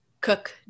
cook